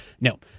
no